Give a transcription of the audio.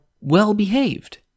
well-behaved